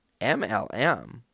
MLM